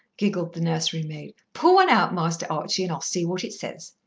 giggled the nursery-maid, pull one out, master archie, and i'll see what it says.